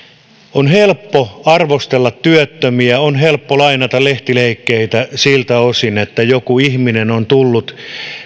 on helppo arvostella työttömiä on helppo lainata lehtileikkeitä siltä osin että joku ihminen on tullut